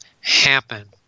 happen